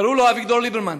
קראו לו אביגדור ליברמן.